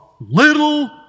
little